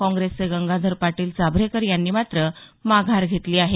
काँग्रेसचे गंगाधर पाटील चाभरेकर यांनी मात्र माघार घेतली आहे